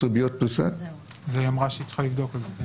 היא אמרה שהיא צריכה לבדוק את זה.